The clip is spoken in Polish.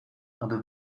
aby